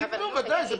קיבלו, בוודאי.